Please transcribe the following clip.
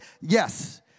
Yes